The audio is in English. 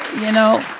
you know.